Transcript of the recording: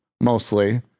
mostly